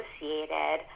associated